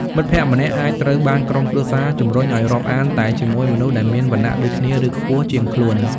មិត្តភក្តិម្នាក់អាចត្រូវបានក្រុមគ្រួសារជំរុញឱ្យរាប់អានតែជាមួយមនុស្សដែលមានវណ្ណៈដូចគ្នា ឬខ្ពស់ជាងខ្លួន។